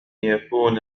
يكون